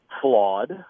flawed